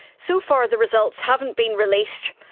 so far the results haven't been released.